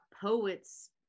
poets